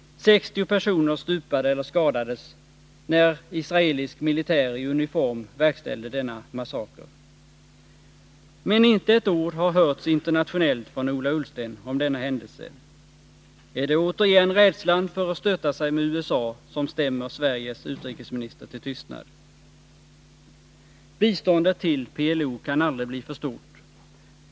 60 personer stupade eller skadades när en israelisk militär i uniform verkställde denna massaker. Men inte ett ord har hörts internationellt från Ola Ullsten om denna händelse. Är det återigen rädslan för att stöta sig med USA som stämmer Sveriges utrikesminister till tystnad? Biståndet till PLO kan aldrig bli för stort.